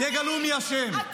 אתה רוצה שהשמאל הרדיקלי יחקור?